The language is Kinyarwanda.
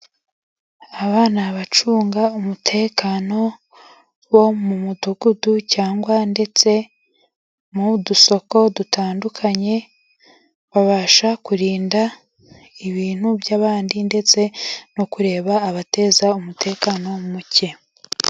Aba ni abacunga umutekano bo mu mudugudu, cyangwa ndetse mu dusoko dutandukanye. Babasha kurinda ibintu by'abandi, ndetse no kureba abateza umutekano muke.